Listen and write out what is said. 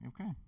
Okay